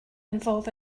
involve